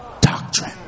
doctrine